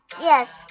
Yes